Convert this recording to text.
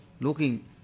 looking